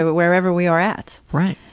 but wherever we are at. right.